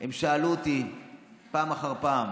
הם שאלו אותי פעם אחר פעם